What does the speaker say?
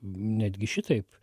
netgi šitaip